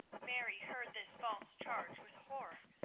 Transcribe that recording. mary heard this false charge with horror,